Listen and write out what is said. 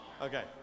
Okay